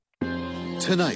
Tonight